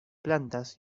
plantas